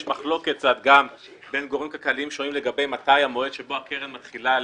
יש מחלוקת בין גורמים כלכליים שונים לגבי המועד שבו הקרן מתחילה להיאכל,